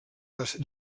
les